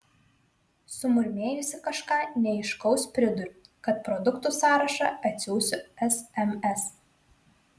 sumurmėjusi kažką neaiškaus priduriu kad produktų sąrašą atsiųsiu sms